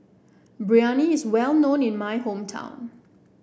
Biryani is well known in my hometown